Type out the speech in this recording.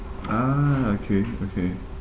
ah okay okay